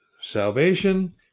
salvation